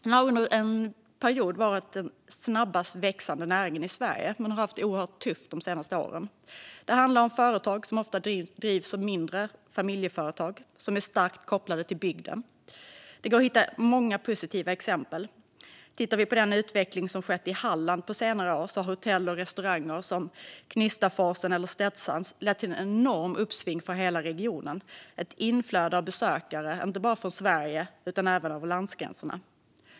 Den var under en period den snabbast växande näringen i Sverige, men man har haft det oerhört tufft de senaste åren. Det handlar ofta om små familjeföretag som är starkt kopplade till bygden. Det går att hitta många positiva exempel. I Halland på senare år har utvecklingen av hotell och restauranger som till exempel Knystaforsen och Stedsans inneburit ett enormt uppsving för hela regionen och ett inflöde av besökare inte bara från Sverige utan även över landsgränserna.